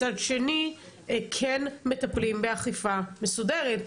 מצד שני כן מטפלים באכיפה מסודרת,